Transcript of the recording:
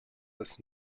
ist